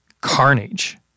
carnage